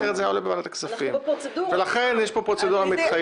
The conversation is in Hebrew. יש פה פרוצדורה מתחייבת.